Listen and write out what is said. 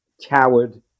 coward